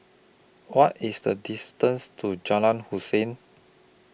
What IS The distance to Jalan Hussein